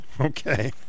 Okay